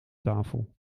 tafel